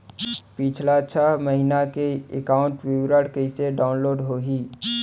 पिछला छः महीना के एकाउंट विवरण कइसे डाऊनलोड होही?